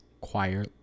Choir